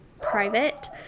private